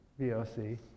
VOC